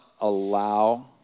allow